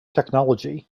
technology